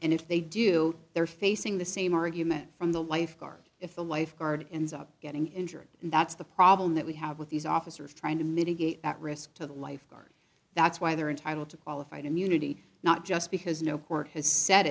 and if they do they're facing the same argument from the lifeguard if the lifeguard ends up getting injured and that's the problem that we have with these officers trying to mitigate that risk to the lifeguard that's why they're entitled to qualified immunity not just because no court has s